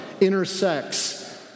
intersects